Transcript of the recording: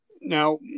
now